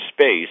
space